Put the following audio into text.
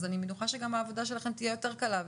אני מניחה שהעבודה שלכם תהיה יותר קלה,